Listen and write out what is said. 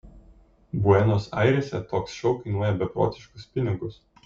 buenos airėse toks šou kainuoja beprotiškus pinigus